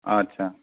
আচ্ছা